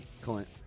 Clint